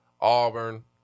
Auburn